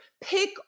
Pick